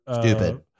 stupid